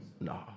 No